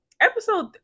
episode